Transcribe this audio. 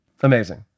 Amazing